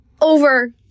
over